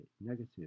negative